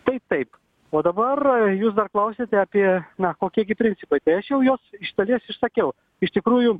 tai taip o dabar jūs dar klausiate apie na kokie gi principai tai aš jau juos iš dalies išsakiau iš tikrųjų